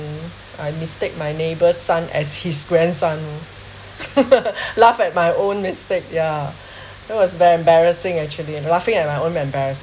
I mistake my neighbour's son as his grandson oh laugh at my own mistake ya it was very embarrassing actually and laughing at my own embarrassed